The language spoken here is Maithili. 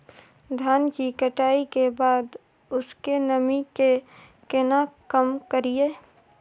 धान की कटाई के बाद उसके नमी के केना कम करियै?